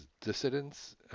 dissidents